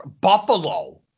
Buffalo